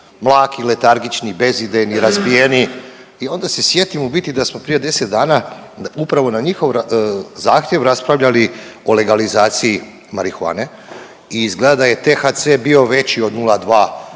Mlaki, letargični, bezidejni, razbijeni i onda se sjetim u biti da smo prije 10 dana upravo na njihov zahtjev raspravljali o legalizaciji marihuane i izgleda da je THC bio veći od 0,2%